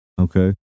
Okay